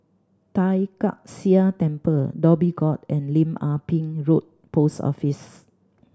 Tai Kak Seah Temple Dhoby Ghaut and Lim Ah Pin Road Post Office